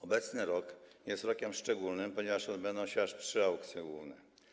Obecny rok jest rokiem szczególnym, ponieważ odbędą się aż trzy aukcje ogólne.